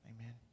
Amen